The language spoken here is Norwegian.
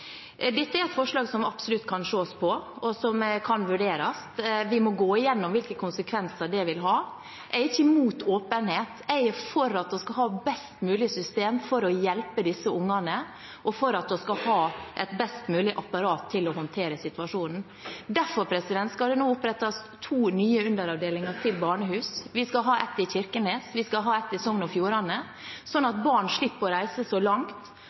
Dette er et forslag som absolutt kan ses på, og som kan vurderes. Vi må gå igjennom hvilke konsekvenser det vil ha. Jeg er ikke imot åpenhet, jeg er for at vi skal ha et best mulig system for å hjelpe disse ungene, og for at vi skal ha et best mulig apparat til å håndtere situasjonen. Derfor skal det nå opprettes to nye underavdelinger av barnehus. Vi skal ha en avdeling i Kirkenes og en i Sogn og Fjordane, slik at barn slipper å reise så langt,